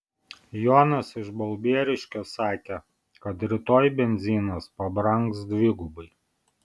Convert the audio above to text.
jonas iš balbieriškio sakė kad rytoj benzinas pabrangs dvigubai